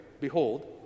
Behold